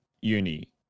uni